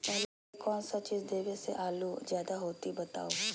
पहले कौन सा चीज देबे से आलू ज्यादा होती बताऊं?